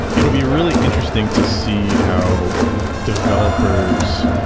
it'll be really interesting to see how developers,